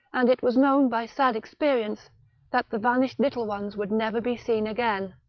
and it was known by sad' experience that the vanished little ones would never be seen again.